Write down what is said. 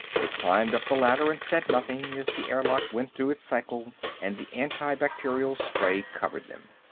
they climbed up the ladder and said nothing as the airlock went through its cycle and the antibacterial spray covered them.